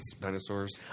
dinosaurs